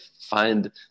find